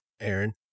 Aaron